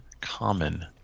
common